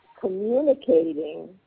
communicating